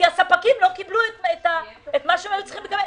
כי הספקים לא קיבלו את מה שהם היו צריכים לקבל.